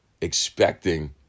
expecting